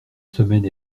semaine